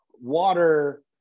Water